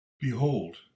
Behold